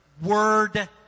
word